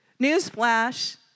newsflash